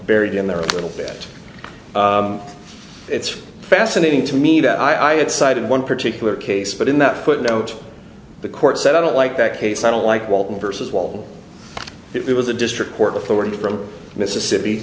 buried in there a little bit it's fascinating to me that i had cited one particular case but in that footnote the court said i don't like that case i don't like walton versus while it was a district court authority from mississippi